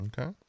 Okay